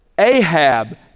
Ahab